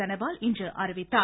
தனபால் இன்று அறிவித்தார்